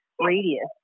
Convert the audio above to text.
radius